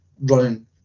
running